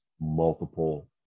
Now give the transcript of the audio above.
multiple